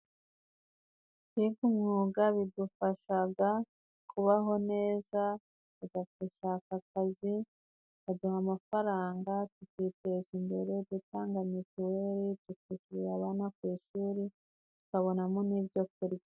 Kwiga umwuga bidufashag kubaho neza. Tujya gushaka akazi bakaduha amafaranga tukiteza imbere dutanga mituweli, tukishyurira abana ku ishuri tukabonamo n'ibyo kurya.